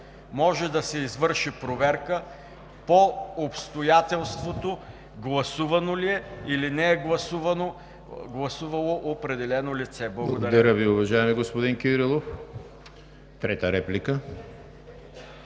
може да се извърши проверка по обстоятелството гласувало ли е, или не е гласувало определено лице. Благодаря Ви.